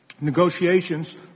Negotiations